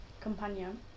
companion